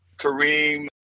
Kareem